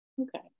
Okay